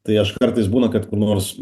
tai aš kartais būna kad kur nors